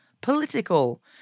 political